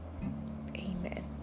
Amen